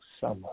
summer